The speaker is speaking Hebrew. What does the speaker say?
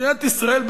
מדינת ישראל,